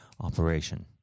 operation